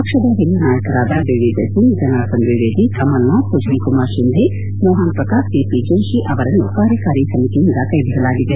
ಪಕ್ಷದ ಹಿರಿಯ ನಾಯಕರಾದ ದಿಗ್ವಿಜಯ್ ಸಿಂಗ್ ಜನಾರ್ಧನ್ ದ್ವಿವೇದಿ ಕಮಲ್ ನಾಥ್ ಸುಶೀಲ್ ಕುಮಾರ್ ಶಿಂಧೆ ಮೋಪನ್ ಪ್ರಕಾಶ್ ಸಿ ಪಿ ಜೋಷಿ ಅವರನ್ನು ಕಾರ್ಯಕಾರಿ ಸಮಿತಿಯಿಂದ ಕೈಬಿಡಲಾಗಿದೆ